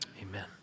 Amen